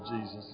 Jesus